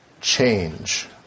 change